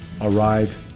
arrive